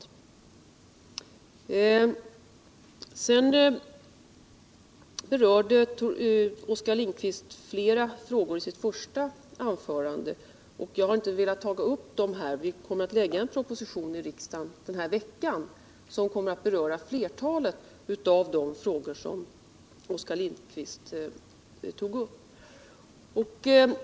I sitt första anförande tog Oskar Lindkvist upp flera frågor som jag här inte har velat gå in på. Vi kommer den här veckan att lägga fram en proposition i riksdagen som berör flertalet av de frågor som Oskar Lindkvist tog upp.